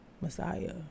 Messiah